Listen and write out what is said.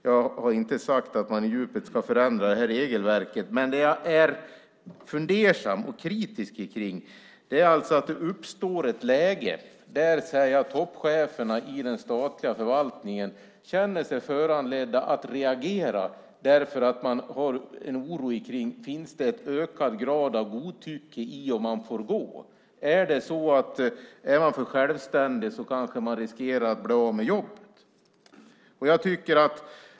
Jag har inte sagt att man på djupet ska förändra det här regelverket. Men jag är fundersam och kritisk. Det uppstår alltså ett läge där toppcheferna i den statliga förvaltningen känner sig föranledda att reagera därför att de har en oro och undrar om det finns en ökad grad av godtycke när det gäller om man får gå. Är man för självständig kanske man riskerar att bli av med jobbet.